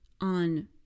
on